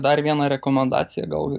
dar viena rekomendacija gal